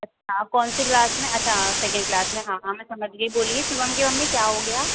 अच्छा कौन सी क्लास में अच्छा हाँ सेकेन्ड क्लास में हाँ हाँ मैं समझ गई बोलिए शुभम की मम्मी क्या हो गया